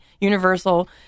Universal